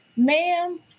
Ma'am